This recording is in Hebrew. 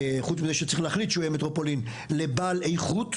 חוץ מזה שצריך להחליט שהוא יהיה מטרופולין לבעל איכות.